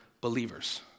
believers